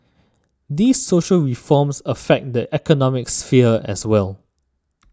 these social reforms affect the economic sphere as well